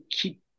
keep